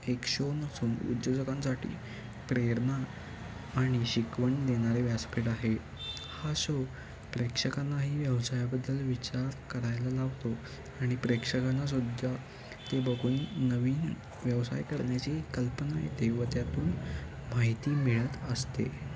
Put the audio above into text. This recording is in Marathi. एक शो नसून उद्योजकांसाठी प्रेरणा आणि शिकवण देणारे व्यासपीठ आहे हा शो प्रेक्षकांना ही व्यवसायाबद्दल विचार करायला लावतो आणि प्रेक्षकांना सुद्धा तो बघून नवीन व्यवसाय करण्याची कल्पना येते व त्यातून माहिती मिळत असते